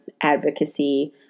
advocacy